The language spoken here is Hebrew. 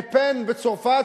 לה-פן בצרפת,